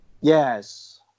Yes